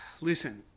Listen